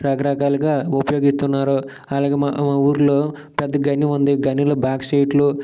రకరకాలుగా ఉపయోగిస్తున్నారు అలాగే మా ఊర్లో పెద్ద గని ఉంది గనిలో బాక్సైట్లు